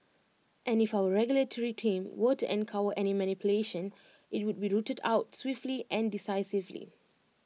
and if our regulatory team were to uncover any manipulation IT would be rooted out swiftly and decisively